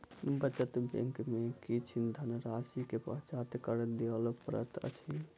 बचत बैंक में किछ धनराशि के पश्चात कर दिअ पड़ैत अछि